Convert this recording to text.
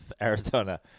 Arizona